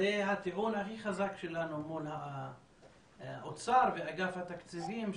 זה הטיעון הכי חזק שלנו מול האוצר ואגף התקציבים,